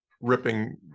ripping